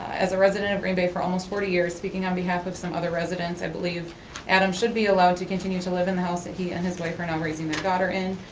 as a resident of green bay for almost forty years, speaking on behalf of some other residents, i believe adam should be allowed to continue to live in the house that he and his wife are now and um raising their daughter in,